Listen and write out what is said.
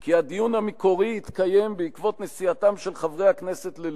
כי הדיון המקורי התקיים בעקבות נסיעתם של חברי הכנסת ללוב,